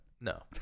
No